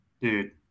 dude